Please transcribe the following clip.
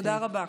תודה רבה.